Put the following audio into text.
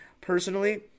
personally